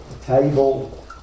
table